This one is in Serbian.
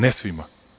Ne svima.